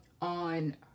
on